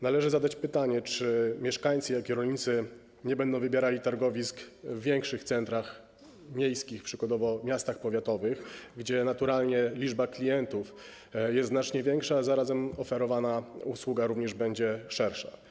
Należy zadać pytanie, czy mieszkańcy, jak również rolnicy nie będą wybierali targowisk w większych centrach miejskich, przykładowo w miastach powiatowych, gdzie naturalnie liczba klientów jest znacznie większa, a zarazem oferowana usługa będzie szersza.